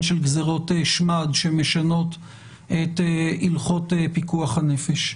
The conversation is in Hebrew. של גזרות שמד שמשנות את הלכות פיקוח נפש.